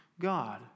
God